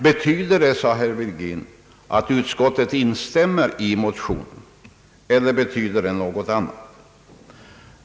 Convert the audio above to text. Betyder utlåtandet, sade herr Virgin, att utskottet instämmer i motionens krav eller betyder det något annat?